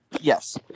Yes